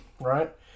Right